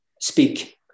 speak